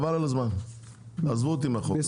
חבל על הזמן, עזבו אותי מהחוק הזה.